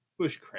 bushcraft